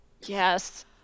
Yes